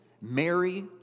Mary